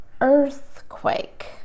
earthquake